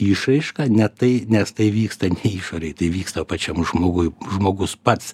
išraiška ne tai nes tai vyksta išorėj tai vyksta pačiam žmoguj žmogus pats